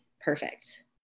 perfect